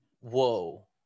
whoa